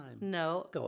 No